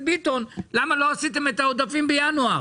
ביטון למה לא עשיתם את העודפים בינואר?